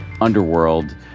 underworld